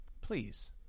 Please